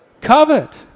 Covet